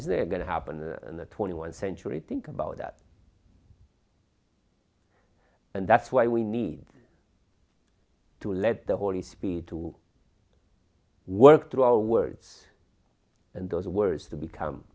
they're going to happen in the twenty one century think about that and that's why we need to let the holy spirit to work through our words and those words to become